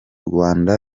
rwanda